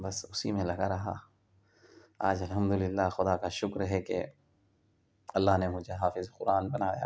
بس اسی میں لگا رہا آج الحمد للہ خدا کا شکر ہے کہ اللہ نے مجھے حافظ قرآن بنایا